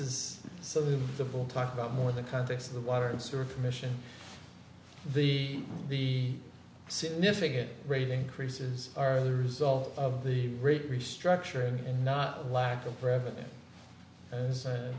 is some of the bull talk about more of the context of the water and sort of mission the the significant rate increases are the result of the rate restructuring and not lack of revenue as